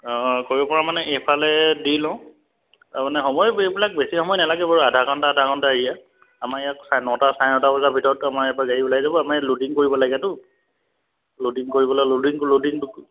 অঁ কৰিব পৰা মানে এইফালে দি লওঁ তাৰমানে সময় এইবিলাক বেছি সময় নালাগে বাৰু আধা ঘণ্টা আধা ঘণ্টা এৰিয়া আমাৰ ইয়াত নটা চাৰে নটা বজাৰ ভিতৰত আমাৰ ইয়াৰ পৰা গাড়ী ওলাই যাব আপোনাৰ ইয়াত ল'ডিং কৰিব লাগেতো ল'ডিং কৰিবলৈ ল'ডিং ল'ডিং